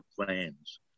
plans